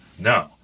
No